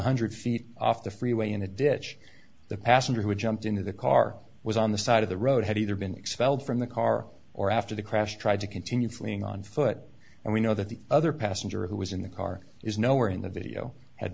hundred feet off the freeway in a ditch the passenger who jumped into the car was on the side of the road had either been expelled from the car or after the crash tried to continue fleeing on foot and we know that the other passenger who was in the car is nowhere in the video had